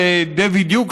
דיוויד דיוק,